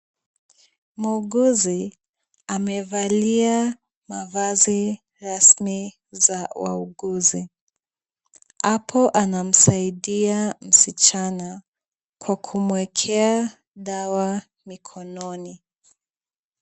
Muuguzi amevalia mavazi rasmi za wauguzi. Apo anamsaidia msichana kwa kumwekea dawa mikononi.